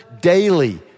daily